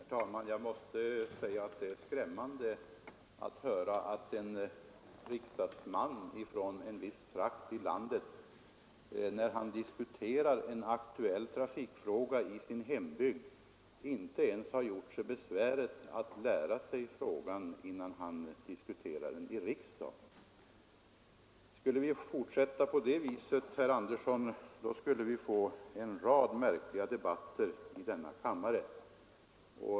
Herr talman! Jag måste säga att det är skrämmande att höra att en riksdagsman från en viss trakt i landet, när han tar upp en trafikfråga som är aktuell i hans hembygd, inte ens har gjort sig besväret att lära sig ärendet innan han diskuterar det i riksdagen. Skulle vi fortsätta på det sättet, herr Andersson i Nybro, så skulle vi få en rad märkliga debatter i denna kammare.